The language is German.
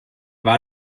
war